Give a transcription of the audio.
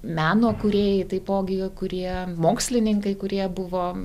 meno kūrėjai taipogi kurie mokslininkai kurie buvo